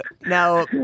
Now